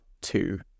two